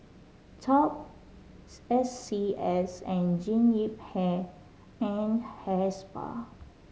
Top S C S and Jean Yip Hair and Hair Spa